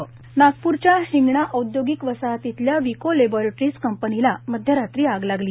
company आग नागपूरच्या हिगणा औद्योगिक वसाहतीतल्या विको लॅंबोरेटरीज कंपनीला मध्यरात्री आग लागली